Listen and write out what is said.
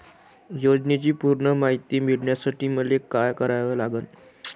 योजनेची पूर्ण मायती मिळवासाठी मले का करावं लागन?